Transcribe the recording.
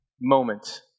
moment